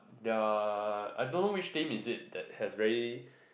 they're I don't know which team is it that has very